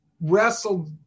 wrestled